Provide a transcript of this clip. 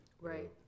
Right